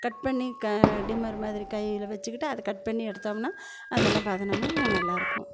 cut பண்ணி க trimmer மாதிரி கையில் வெச்சுக்கிட்டு அதை கட் பண்ணி எடுத்தோம்னால் அதெல்லாம் பதனமாக நல்லாயிருக்கும்